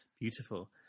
Beautiful